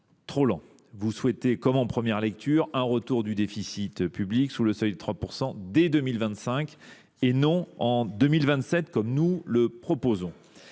trop lents. Elle souhaite, comme en première lecture, un retour du déficit public sous le seuil de 3 % dès 2025, et non en 2027, comme nous le proposons.